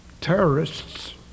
terrorists